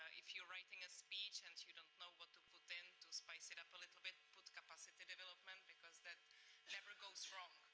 if you are writing a speech and you don't know what to put in to spice it up a little bit, put capacity development because that never goes wrong.